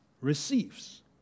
receives